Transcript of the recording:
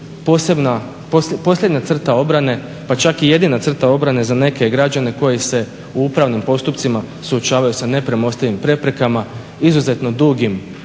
posljednja crta obrane pa čak i jedina crta obrane za neke građane koji se u upravnim postupcima suočavaju sa nepremostivim preprekama, izuzetno dugim